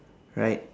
right